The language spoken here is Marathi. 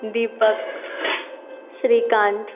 दीपक श्रीकांत